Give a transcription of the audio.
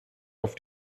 auf